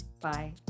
Bye